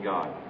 God